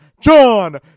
john